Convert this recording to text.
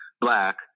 black